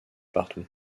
partout